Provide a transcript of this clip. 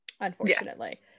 unfortunately